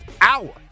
hour